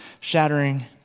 shattering